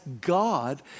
God